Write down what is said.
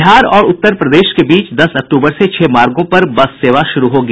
बिहार और उत्तर प्रदेश के बीच दस अक्टूबर से छह मार्गो पर बस सेवा शुरू होगी